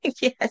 yes